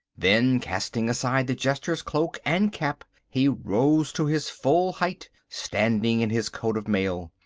then, casting aside the jester's cloak and cap, he rose to his full height, standing in his coat of mail.